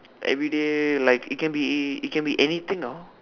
everyday like it can be it can be anything ah